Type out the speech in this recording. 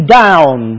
down